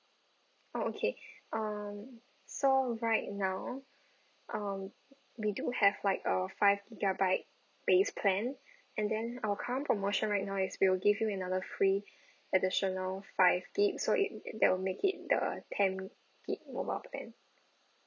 oh okay um so right now um we do have like uh five gigabyte based plan and then our current promotion right now is we will give you another free additional five gig so it that'll make it the ten gig mobile plan